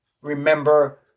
remember